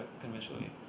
conventionally